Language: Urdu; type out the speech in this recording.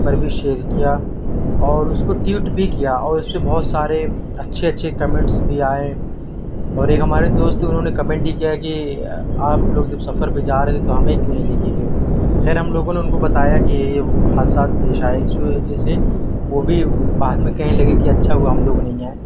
پر بھی شیئر کیا اور اس کو ٹوئیٹ بھی کیا اور اس پہ بہت سارے اچھے اچھے کمنٹس بھی آئے اور ایک ہمارے دوست انہوں نے کمنٹ یہ کیا کہ آپ لوگ جب سفر پہ جا رہے تھے تو ہمیں کیوں ںہیں لے کے گئے خیر ہم لوگوں نے ان کو بتایا کہ یہ یہ حادثات پیش آئے اس وجہ سے وہ بھی بعد میں کہنے لگے کہ اچھا ہوا کہ ہم لوگوں نہیں آئے